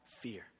fear